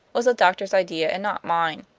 was the doctor's idea and not mine.